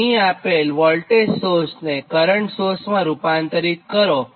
તો અહીં આપેલ બંને વોલ્ટેજ સોર્સને કરંટ સોર્સમાં રૂપાંતરિત કરો